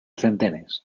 centenes